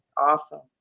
Awesome